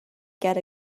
get